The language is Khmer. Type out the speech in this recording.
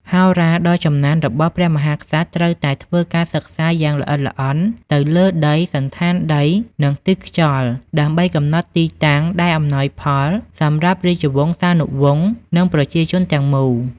ហោរាដ៏ចំណានរបស់ព្រះមហាក្សត្រត្រូវតែធ្វើការសិក្សាយ៉ាងល្អិតល្អន់ទៅលើដី សណ្ឋានដី និងទិសខ្យល់ដើម្បីកំណត់ទីតាំងដែលអំណោយផលសម្រាប់រាជវង្សានុវង្សនិងប្រជាជនទាំងមូល។